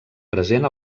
present